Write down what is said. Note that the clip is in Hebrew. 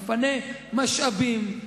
מפנה משאבים,